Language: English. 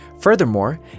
Furthermore